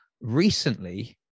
recently